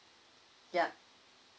yup